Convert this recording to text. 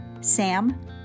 Sam